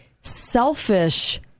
selfish